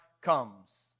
comes